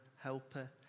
helper